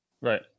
right